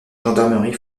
gendarmerie